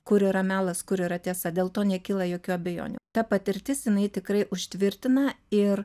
kur yra melas kur yra tiesa dėl to nekyla jokių abejonių ta patirtis jinai tikrai užtvirtina ir